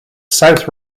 south